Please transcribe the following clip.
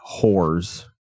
whores